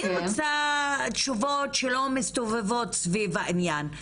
אני רוצה תשובות שלא מסתובבות סביב העניין.